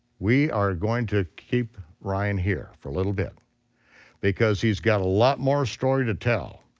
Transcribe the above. we are going to keep ryan here for a little bit because he's got a lot more story to tell.